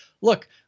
look